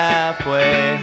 Halfway